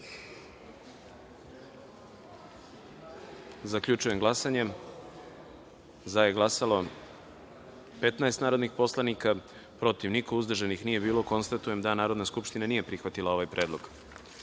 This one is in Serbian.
predlog. Zaključujem glasanje: za je glasalo – 15 narodnih poslanika, protiv – niko, uzdržanih – nije bilo. Konstatujem da Narodna skupština nije prihvatila ovaj predlog. Narodni